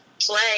play